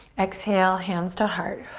exhale, hands to heart.